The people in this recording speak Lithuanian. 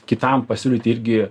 kitam pasiūlyti irgi